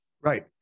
right